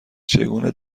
چگونه